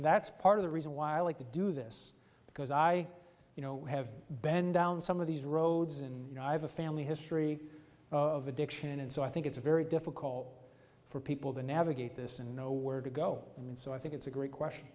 that's part of the reason why i like to do this because i you know we have bend down some of these roads and you know i have a family history of addiction and so i think it's very difficult for people to navigate this and know where to go and so i think it's a great question